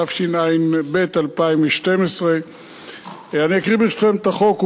התשע"ב 2012. אני אקריא ברשותכם את החוק,